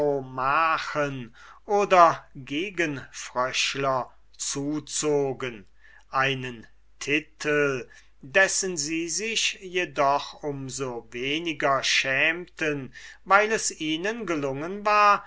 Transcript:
oder gegenfröschler zuzogen ein titel dessen sie sich jedoch um so weniger schämten weil es ihnen gelungen war